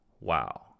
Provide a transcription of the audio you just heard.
wow